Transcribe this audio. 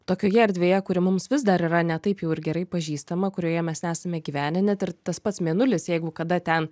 tokioje erdvėje kuri mums vis dar yra ne taip jau ir gerai pažįstama kurioje mes nesame gyvenę net ir tas pats mėnulis jeigu kada ten